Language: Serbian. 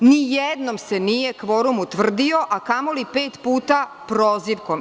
Ni jednom se nije kvorum utvrdio, a kamoli pet puta prozivkom.